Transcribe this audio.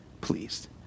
pleased